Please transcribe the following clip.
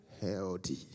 healthy